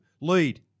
Lead